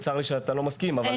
צר לי שאתה לא מסכים אבל כך קורה.